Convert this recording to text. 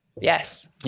yes